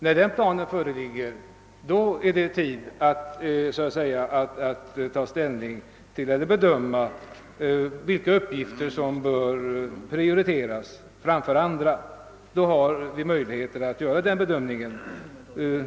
När planen sedan föreligger är det tid att bedöma vilka uppgifter som bör prioriteras; då har vi förutsättningar att göra en sådan bedömning.